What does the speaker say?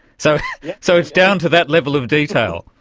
so so it's down to that level of detail.